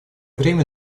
время